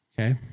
Okay